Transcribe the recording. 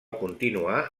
continuar